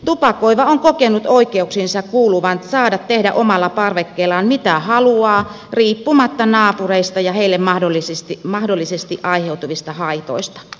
tupakoiva on kokenut oikeuksiinsa kuuluvan saada tehdä omalla parvekkeellaan mitä haluaa riippumatta naapureista ja heille mahdollisesti aiheutuvista haitoista